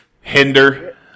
Hinder